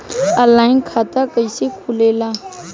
Online खाता कइसे खुलेला?